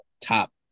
top